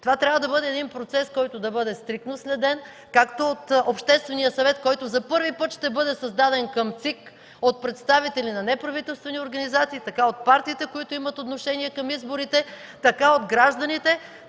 Това трябва да бъде един процес, който да бъде стриктно следен както от Обществения съвет, който за първи път ще бъде създаден към ЦИК от представители на неправителствени организации, от партиите, които имат отношение към изборите, от гражданите.